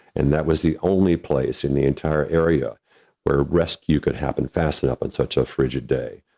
and that was the only place in the entire area where rescue could happen fast enough and such a frigid day,